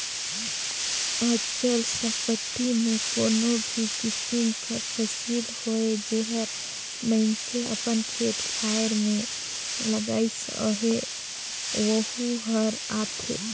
अचल संपत्ति में कोनो भी किसिम कर फसिल होए जेहर मइनसे अपन खेत खाएर में लगाइस अहे वहूँ हर आथे